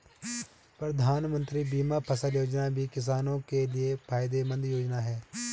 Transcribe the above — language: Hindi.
प्रधानमंत्री बीमा फसल योजना भी किसानो के लिये फायदेमंद योजना है